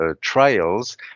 trials